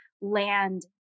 land